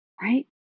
right